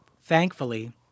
thankfully